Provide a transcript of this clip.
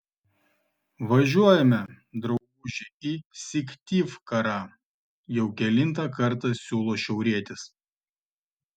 važiuojame drauguži į syktyvkarą jau kelintą kartą siūlo šiaurietis